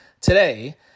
today